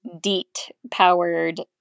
DEET-powered